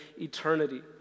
eternity